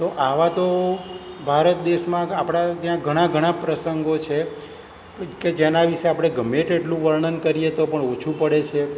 તો આવા તો ભારતદેશમાં આપણા ત્યાં ઘણા ઘણા પ્રસંગો છે કે જેના વિશે આપણે ગમે તેટલું વર્ણન કરીએ તો પણ ઓછું પડે છે